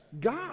God